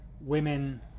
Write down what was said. women